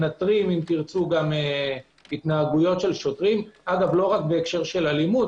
מנטרים התנהגויות של שוטרים לא רק בהקשר של אלימות,